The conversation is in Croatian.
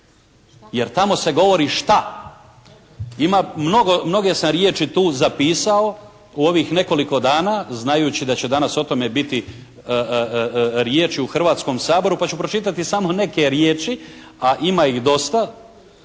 jer tamo se govori "šta". Ima, mnoge sam riječi tu zapisao u ovih nekoliko dana, znajući da će danas o tome biti riječi u Hrvatskom saboru pa ću pročitati samo neke riječi, a ima ih dosta.